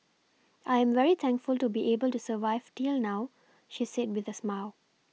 I'm very thankful to be able to survive till now she said with a smile